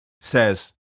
says